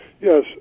Yes